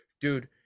dude